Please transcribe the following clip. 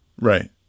Right